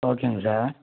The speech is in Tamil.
ஓகேங்க சார்